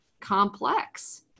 complex